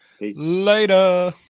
Later